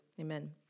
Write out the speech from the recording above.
Amen